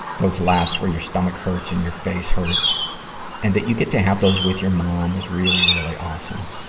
those laughs where your stomach hurts and your face hurts and that you get to have those with your mom is really, really awesome.